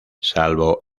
salvo